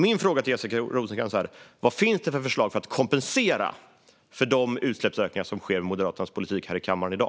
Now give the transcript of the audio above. Min fråga till Jessica Rosencrantz är: Vad finns det för förslag för att kompensera för de utsläppsökningar som sker genom Moderaternas politik här i kammaren i dag?